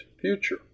future